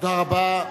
תודה רבה.